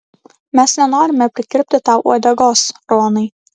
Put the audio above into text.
mes nenorime prikirpti tau uodegos ronai